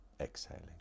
exhaling